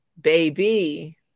baby